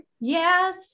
Yes